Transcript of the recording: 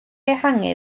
ehangu